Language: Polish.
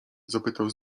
zapytał